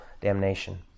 damnation